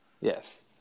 Yes